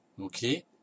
Okay